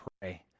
pray